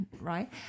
right